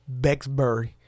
Bexbury